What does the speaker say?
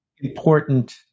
important